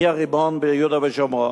מי הריבון ביהודה ושומרון?